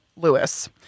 lewis